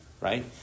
Right